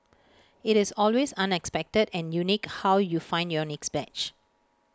IT is always unexpected and unique how you find your next badge